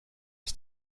ist